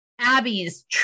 Abby's